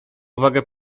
uwagę